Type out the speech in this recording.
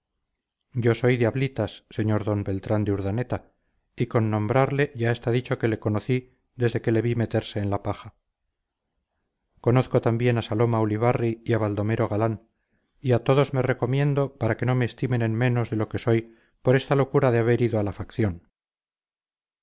yo soy de ablitas sr d beltrán de urdaneta y con nombrarle ya está dicho que le conocí desde que le vi meterse en la paja conozco también a saloma ulibarri y a baldomero galán y a todos me recomiendo para que no me estimen en menos de lo que soy por esta locura de haber ido a la facción